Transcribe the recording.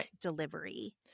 delivery